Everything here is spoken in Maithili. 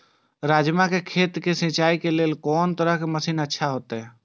राजमा के खेत के सिंचाई के लेल कोन तरह के मशीन अच्छा होते?